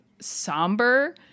somber